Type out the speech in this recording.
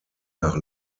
nach